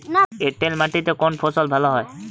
এঁটেল মাটিতে কোন ফসল ভালো হয়?